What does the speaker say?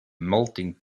melting